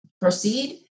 proceed